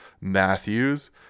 Matthews